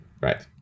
Right